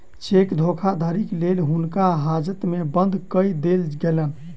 cheque धोखाधड़ीक लेल हुनका हाजत में बंद कअ देल गेलैन